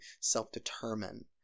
self-determine